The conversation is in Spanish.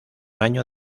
año